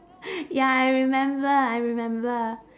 ya I remember I remember